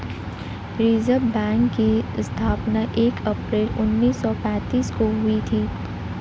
reserve bank की स्थापना एक अप्रैल उन्नीस सौ पेंतीस को हुई थी